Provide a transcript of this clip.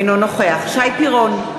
אינו נוכח שי פירון,